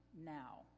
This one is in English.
now